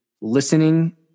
listening